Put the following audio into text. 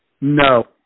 No